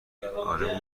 اره